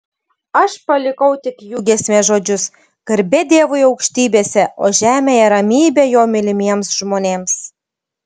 aš palikau tik jų giesmės žodžius garbė dievui aukštybėse o žemėje ramybė jo mylimiems žmonėms